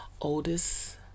oldest